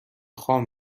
خام